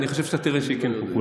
אני חושב שאתה תראה שהיא כן פופולרית,